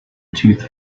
tooth